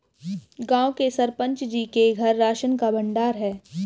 गांव के सरपंच जी के घर राशन का भंडार है